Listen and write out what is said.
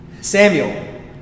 Samuel